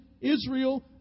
Israel